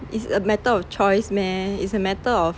it's a matter of choice meh it's a matter of